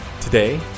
today